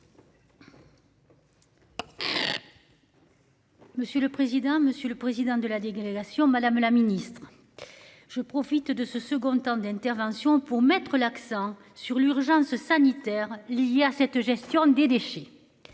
Monsieur le président. Monsieur le Président de la dégradation Madame la Ministre. Je profite de ce second temps d'intervention pour mettre l'accent sur l'urgence sanitaire liée à cette gestion des déchets.